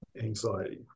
anxiety